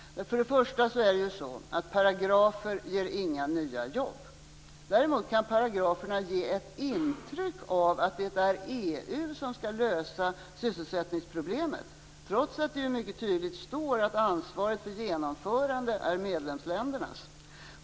Först och främst ger paragrafer inga nya jobb. Däremot kan paragrafer ge ett intryck av att det är EU som skall lösa sysselsättningsproblemet, trots att det mycket tydligt står att ansvaret för genomförandet är medlemsländernas.